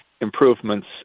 improvements